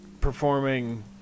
performing